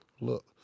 look